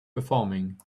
performing